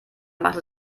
machte